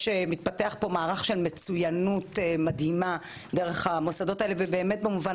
מתפתח כאן מערך של מצוינות מדהימה דרך המוסדות האלו ובמובן